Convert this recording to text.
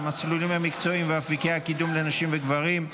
המסלולים המקצועיים ואופקי הקידום לנשים וגברים),